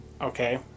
okay